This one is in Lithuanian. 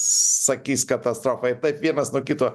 sakys katastrofai taip vienas nuo kito